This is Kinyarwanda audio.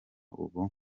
ubu